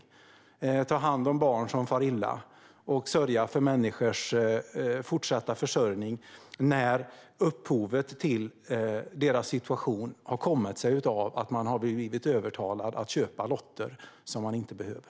Vi får ta hand om barn som far illa och sörja för människors fortsatta försörjning när upphovet till deras situation har kommit sig av att de har blivit övertalade att köpa lotter som de inte behöver.